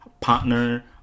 partner